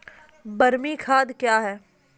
बरमी खाद कया हैं?